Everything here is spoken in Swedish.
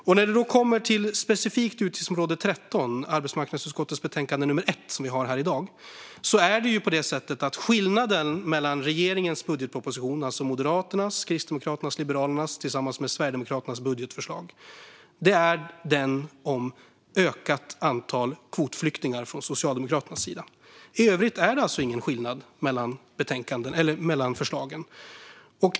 När det specifikt kommer till utgiftsområde 13 och arbetsmarknadsutskottets betänkande 1, som vi har här i dag, finns det ett förslag som skiljer sig från regeringens budgetproposition, alltså budgetförslaget från Moderaterna, Kristdemokraterna och Liberalerna tillsammans med Sverigedemokraterna, och det är förslaget om ökat antal kvotflyktingar från Socialdemokraternas sida. I övrigt är det alltså ingen skillnad mellan förslagen.